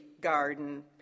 garden